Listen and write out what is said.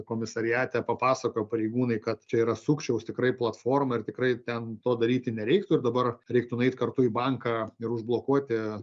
komisariate papasakojo pareigūnai kad čia yra sukčiaus tikrai platforma ir tikrai ten to daryti nereiktų ir dabar reiktų nueit kartu į banką ir užblokuoti